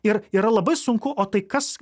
ir yra labai sunku o tai kas